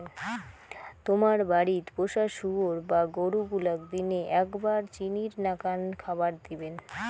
তোমার বাড়িত পোষা শুয়োর বা গরু গুলাক দিনে এ্যাকবার চিনির নাকান খাবার দিবেন